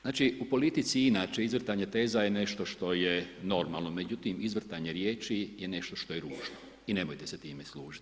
Znači u politici inače je izvrtanje teza je nešto što je normalno, međutim izvrtanje riječi je nešto što je ružno i nemojte se time služiti.